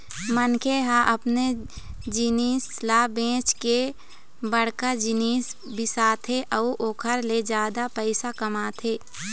मनखे ह अपने जिनिस ल बेंच के बड़का जिनिस बिसाथे अउ ओखर ले जादा पइसा कमाथे